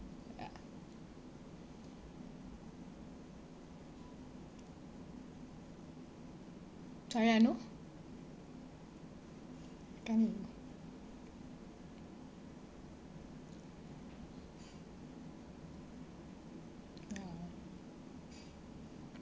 ya sorry anoo ya